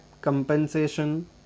compensation